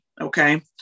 Okay